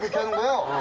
hello